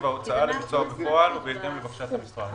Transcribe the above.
ההוצאה לביצוע בפועל בהתאם לבקשת המשרד.